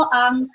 ang